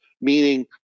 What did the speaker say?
meaning